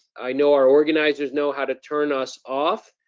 i know our organizers know how to turn us off,